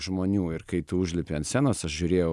žmonių ir kai tu užlipi ant scenos aš žiūrėjau